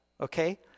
okay